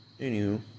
anywho